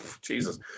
Jesus